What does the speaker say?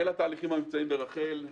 אלה התהליכים המבצעיים ברח"ל.